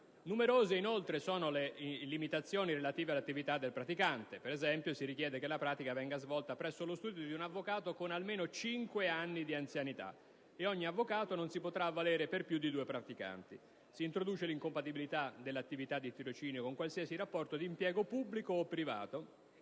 Numerose sono le nuove limitazioni relative all'attività del praticante. Così, ad esempio, si richiede che la pratica venga svolta presso lo studio di un avvocato con almeno 5 anni di anzianità. Ogni avvocato non si potrà avvalere di più di due praticanti. Si introduce l'incompatibilità dell'attività di tirocinio con qualsiasi rapporto di impiego pubblico o privato,